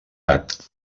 gat